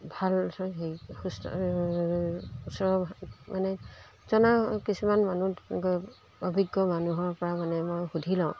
ভাল হেৰি সুস্থ মানে জনা কিছুমান মানুহ গ অভিজ্ঞ মানুহৰ পৰা মানে মই সুধি লওঁ